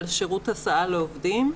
על שירות הסעה לעובדים,